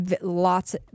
Lots